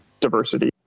diversity